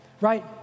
right